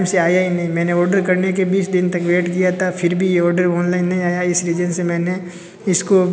time से आया ही नहीं मैंने ओडर करने के बीस दिन तक वेट किया था फिर भी ये ओडर ऑनलाइन नहीं आया इस रीज़न से मैंने इसको